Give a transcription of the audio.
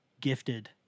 gifted